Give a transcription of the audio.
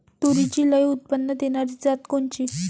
तूरीची लई उत्पन्न देणारी जात कोनची?